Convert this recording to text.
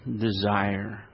desire